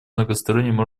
многосторонним